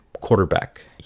quarterback